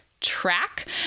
track